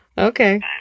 Okay